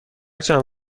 چند